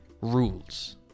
rules